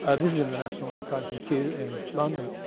ah this is in the national archives in kew in london.